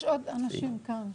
יש עוד אנשים כאן --- בטח,